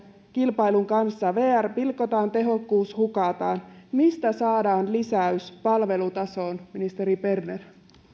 kilpailun kanssa vr pilkotaan tehokkuus hukataan mistä saadaan lisäys palvelutasoon ministeri berner